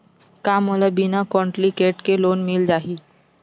का मोला बिना कौंटलीकेट के लोन मिल जाही?